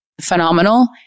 phenomenal